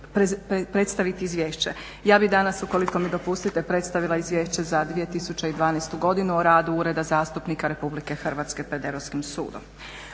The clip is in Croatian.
Ja bih danas ukoliko mi dopustite predstavila izvješće za 2012.godinu o radu ureda zastupnika RH pred Europskim sudom.